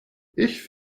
ich